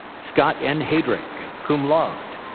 scott n. heydrick, cum laude.